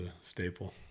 staple